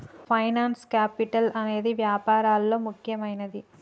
finance capital అనేదే వ్యాపారాల్లో ముఖ్యమైనది